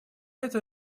это